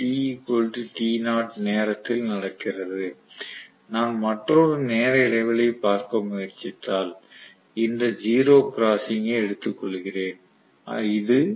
இது நேரத்தில் நடக்கிறது நான் மற்றொரு நேர இடைவெளியைப் பார்க்க முயற்சித்தால் இந்த ஸிரோ கிராஸ்ஸிங்கை எடுத்துக் கொள்கிறேன் இது